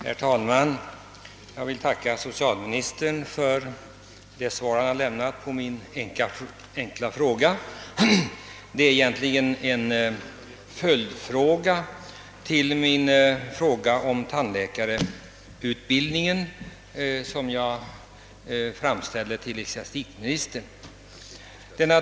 Herr talman! Jag vill tacka socialministern för det svar han lämnat på min enkla fråga. Den är egentligen en följdfråga till den fråga om tandläkarutbildningen som jag riktat till ecklesiastikministern.